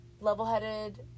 level-headed